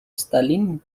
staline